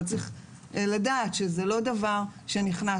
אבל צריך לדעת שזה לא דבר שנכנס,